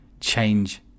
change